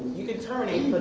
you can terminate, but